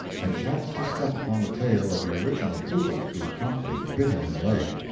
and chanced to step upon the tail of the original poodle, who promptly bit him in the leg.